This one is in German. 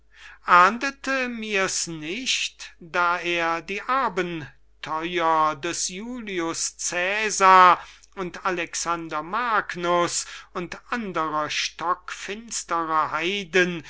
mirs nicht da er die abentheuer des julius cäsar und alexander magnus und anderer stockfinsterer heiden